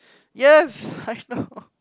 yes I know